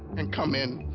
and come in.